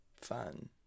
Fun